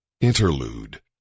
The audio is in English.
INTERLUDE